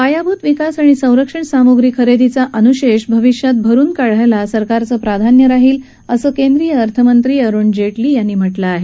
पायाभुत विकास आणि संरक्षण सामग्री खरेदीचा अनुशेष भविष्यात भरुन काढायला सरकारचं प्राधान्य असल्याचं अर्थनंत्री अरुण जेटली यांनी म्हटलं आहे